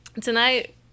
tonight